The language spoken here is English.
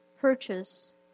purchase